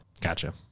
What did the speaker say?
gotcha